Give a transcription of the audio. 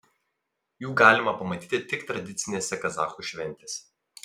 jų galima pamatyti tik tradicinėse kazachų šventėse